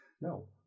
No